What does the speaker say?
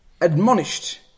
admonished